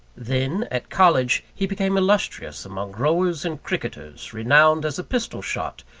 then, at college, he became illustrious among rowers and cricketers, renowned as a pistol shot,